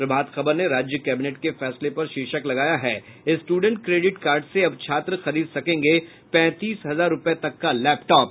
प्रभात खबर ने राज्य कैबिनेट के फैसले पर शीर्षक लगाया है स्टूडेंट क्रेडिट कार्ड से अब छात्र खरीद सकेंगे पैंतीस हजार रूपये तक का लैपटॉप